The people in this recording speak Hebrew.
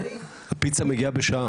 פיצה מגיעה בשעה.